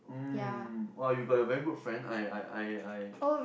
um !wah! you got a very good friend I I I I I